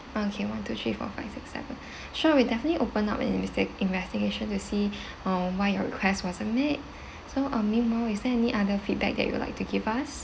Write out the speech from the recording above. okay one two three four five six seven sure we'll definitely open up an invest~ investigation to see uh why your request wasn't made so uh meanwhile is there any other feedback that you would like to give us